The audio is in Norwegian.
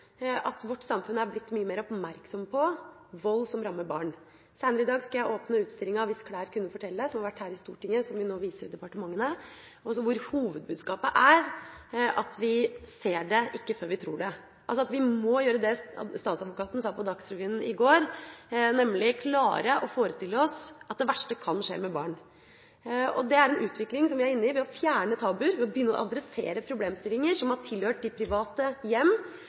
at vårt samfunn er blitt mye mer oppmerksom på vold som rammer barn. Senere i dag skal jeg åpne utstillinga «Hvis klær kunne fortelle», som har vært her i Stortinget, og som vi nå skal vise departementene, hvor hovedbudskapet er at vi ser det ikke før vi tror det. Vi må gjøre det statsadvokaten sa på Dagsrevyen i går, nemlig klare å forestille oss at det verste kan skje med barn. Det er en utvikling vi er inne i, ved å fjerne tabuer og begynne å adressere problemstillinger som har tilhørt de private hjem,